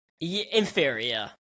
Inferior